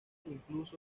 incluso